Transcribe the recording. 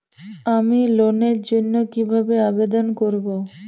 আমি লোনের জন্য কিভাবে আবেদন করব?